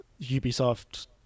ubisoft